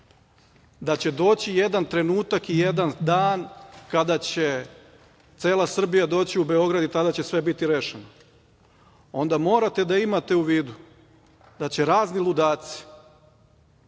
da će doći jedan trenutak i jedan dan kada će cela Srbija doći u Beograd i tada će sve biti rešeno, onda morate da imate u vidu da će razni ludaci